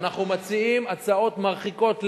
אנחנו מציעים הצעות מרחיקות לכת,